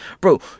bro